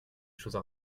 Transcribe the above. choses